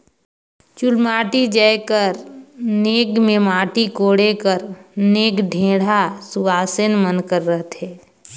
चुलमाटी जाए कर नेग मे माटी कोड़े कर नेग ढेढ़ा सुवासेन मन कर रहथे